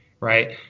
Right